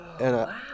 Wow